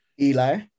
Eli